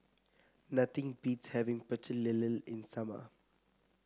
nothing beats having Pecel Lele in summer